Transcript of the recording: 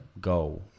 go